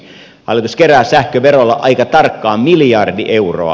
hallitus kerää sähköverolla aika tarkkaan miljardi euroa